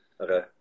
Okay